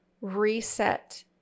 reset